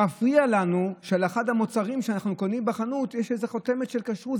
מפריע לנו שעל אחד המוצרים שאנחנו קונים בחנות יש איזו חותמת של כשרות.